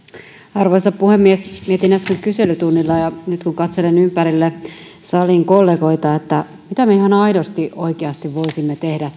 arvoisa puhemies mietin äsken kyselytunnilla ja nyt kun katselen ympärille salin kollegoita että mitä me ihan aidosti oikeasti voisimme tehdä